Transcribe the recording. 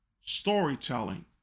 storytelling